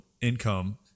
income